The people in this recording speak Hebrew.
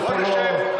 בוא נשב,